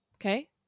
Okay